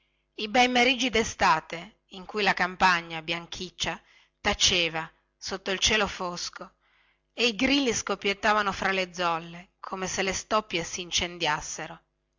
i bei meriggi destate in cui la campagna bianchiccia taceva sotto il cielo fosco e i grilli scoppiettavano fra le zolle come se le stoppie si